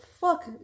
fuck